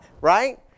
right